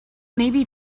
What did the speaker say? maybe